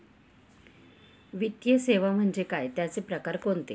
वित्तीय सेवा म्हणजे काय? त्यांचे प्रकार कोणते?